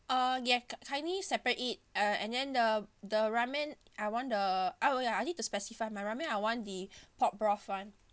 uh ya kind kindly separate it uh and then the the ramen I want the I want ya I need to specify my ramen I want the pork broth [one]